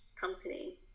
company